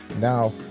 now